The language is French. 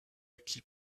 acquis